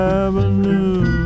avenue